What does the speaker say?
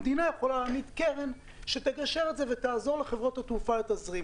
המדינה יכולה להעמיד קרן שתגשר ותעזור לחברות התעופה בתזרים.